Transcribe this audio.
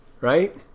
Right